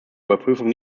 überprüfung